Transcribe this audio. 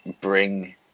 bring